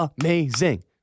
amazing